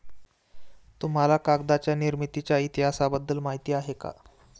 तुम्हाला कागदाच्या निर्मितीच्या इतिहासाबद्दल माहिती आहे का?